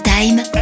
time